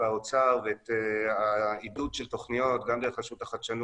באוצר ואת העידוד של תכניות גם דרך רשות החדשנות,